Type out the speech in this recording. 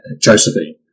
Josephine